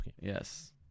Yes